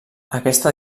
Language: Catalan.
aquesta